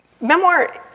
Memoir